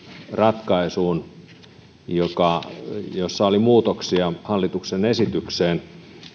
ratkaisuun jossa oli muutoksia hallituksen esitykseen